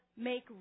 make